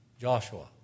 Joshua